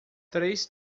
três